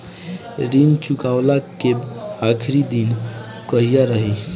ऋण चुकव्ला के आखिरी दिन कहिया रही?